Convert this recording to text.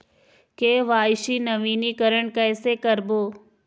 KYC नवीनीकरण कैसे करबो?